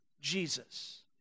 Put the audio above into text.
Jesus